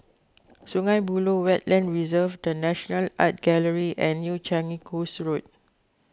Sungei Buloh Wetland Reserve the National Art Gallery and New Changi Coast Road